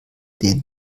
den